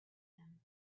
them